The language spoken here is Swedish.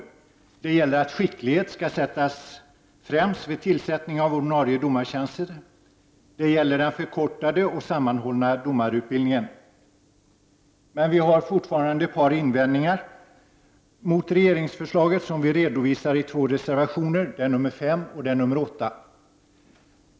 Det handlar t.ex. om att skickligheten skall sättas främst vid tillsättning av ordinarie domartjänster. Det handlar också om den förkortade och sammanhållna domarutbildningen. Men vi har fortfarande ett par invändningar mot regeringsförslaget, vilka vi redovisar i två reservationer — reservationerna 5 och 8.